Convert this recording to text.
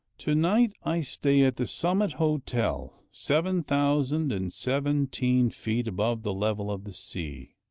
to-night i stay at the summit hotel, seven thousand and seventeen feet above the level of the sea.